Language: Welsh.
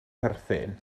perthyn